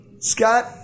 Scott